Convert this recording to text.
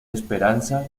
esperanza